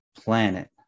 planet